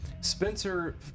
Spencer